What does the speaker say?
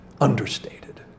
understated